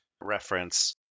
reference